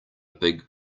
big